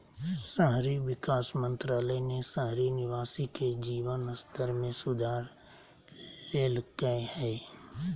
शहरी विकास मंत्रालय ने शहरी निवासी के जीवन स्तर में सुधार लैल्कय हइ